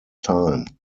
time